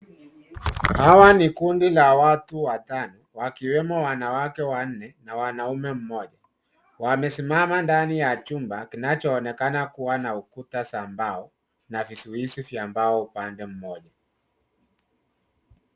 Hawa ni kundi la watu watano, wakiwemo wanawake wanne na mwanaume mmoja. Wamesimama ndani ya chumba kinachoonekana kuwa na ukuta za mbao na vizuizi vya mbao upande mmoja.